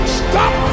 stop